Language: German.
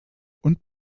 und